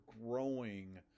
growing